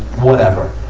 whatever.